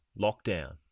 lockdown